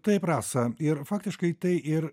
taip rasa ir faktiškai tai ir